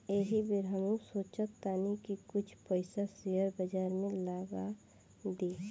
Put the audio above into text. एह बेर हमहू सोचऽ तानी की कुछ पइसा शेयर बाजार में लगा दी